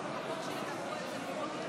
חברי הכנסת: